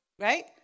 Right